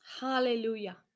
Hallelujah